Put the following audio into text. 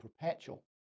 perpetual